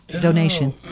donation